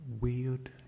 weird